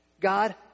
God